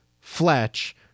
Fletch